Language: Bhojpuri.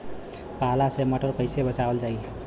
पाला से मटर कईसे बचावल जाई?